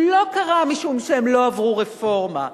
הוא לא קרה משום שהם לא עברו רפורמה.